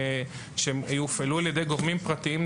כשהם הופעלו על ידי גורמים פרטיים,